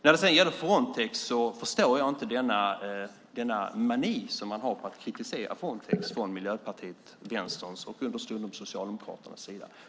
När det gäller Frontex förstår jag inte denna mani som man har på att kritisera Frontex från Miljöpartiets, Vänsterns och understundom Socialdemokraternas sida.